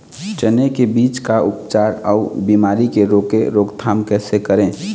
चने की बीज का उपचार अउ बीमारी की रोके रोकथाम कैसे करें?